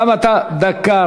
גם אתה, דקה.